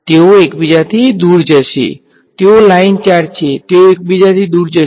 તેઓ એકબીજાથી દૂર જશે તેઓ લાઇન ચાર્જ છે તેઓ એકબીજાથી દૂર જશે